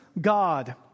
God